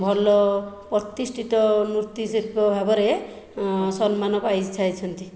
ଭଲ ପ୍ରତିଷ୍ଠିତ ନୃତ୍ୟ ଶିଳ୍ପୀ ଭାବରେ ସମ୍ମାନ ପାଇ ସାରିଛନ୍ତି